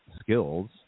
skills